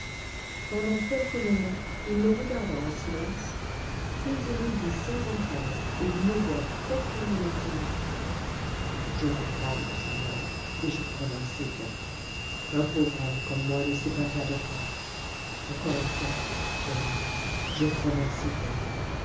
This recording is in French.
pendant quelques moments il le regarda en silence puis il lui dit sans emphase et d'une voix profondément émue je vous crois monseigneur et je vous remercie bien un pauvre homme comme moi ne sait pas faire de phrases encore une fois tenez je vous remercie bien